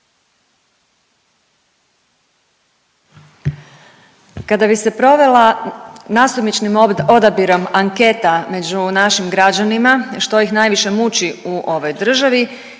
Kada bi se provela nasumičnim odabirom anketa među našim građanima što ih najviše muči u ovoj državi,